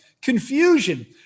confusion